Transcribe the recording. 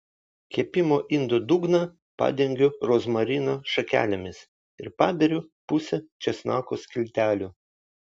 kepimo indo dugną padengiu rozmarino šakelėmis ir paberiu pusę česnako skiltelių